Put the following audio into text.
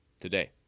today